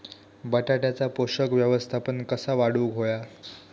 बटाट्याचा पोषक व्यवस्थापन कसा वाढवुक होया?